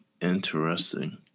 interesting